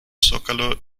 zócalo